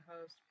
host